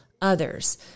others